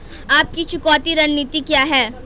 आपकी चुकौती रणनीति क्या है?